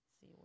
see